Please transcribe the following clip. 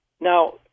Now